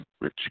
Rich